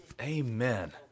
Amen